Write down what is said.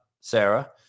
sarah